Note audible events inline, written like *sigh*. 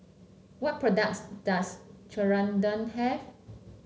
what products does *unintelligible* have